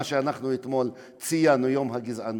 מה שאנחנו ציינו אתמול, יום המאבק בגזענות,